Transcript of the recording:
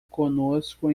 conosco